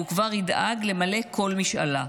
והוא כבר ידאג למלא כל משאלה.